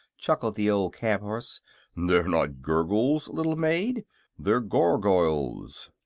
chuckled the old cab-horse they're not gurgles, little maid they're gargoyles.